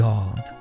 God